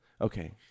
Okay